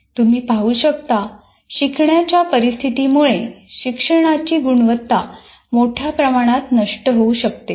तुम्ही पाहू शकता शिकण्याच्या परिस्थितीमुळे शिक्षणाची गुणवत्ता मोठ्या प्रमाणात नष्ट होऊ शकते